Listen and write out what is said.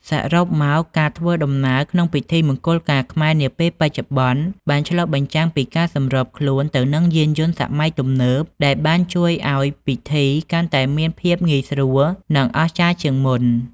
សរុបមក ការធ្វើដំណើរក្នុងពិធីមង្គលការខ្មែរនាពេលបច្ចុប្បន្នបានឆ្លុះបញ្ចាំងពីការសម្របខ្លួនទៅនឹងយានយន្តសម័យទំនើបដែលបានជួយឱ្យពិធីកាន់តែមានភាពងាយស្រួលនិងអស្ចារ្យជាងមុន។